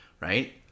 right